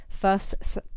Thus